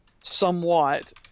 somewhat